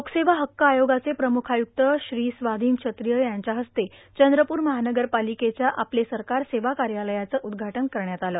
लोकसेवा हक्क आयोगाचे मुख्य आयुक्त श्री स्वाधीन क्षत्रिय यांच्याहस्ते चंद्रपूर महानगरपालिकेच्या आपले सरकार सेवा कार्यालयाचं उद्घाटन करण्यात आलं